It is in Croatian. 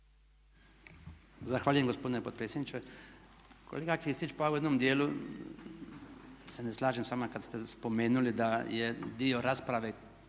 Zahvaljujem gospodine potpredsjedniče. Kolega Kristić pa evo u jednom dijelu se ne slažem s vama kad ste spomenuli da je dio rasprave